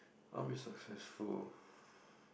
I want to be successful